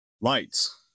lights